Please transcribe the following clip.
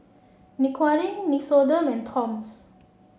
Dequadin Nixoderm and Toms